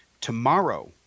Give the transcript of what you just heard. Tomorrow